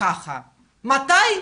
ככה, מתי?